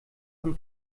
von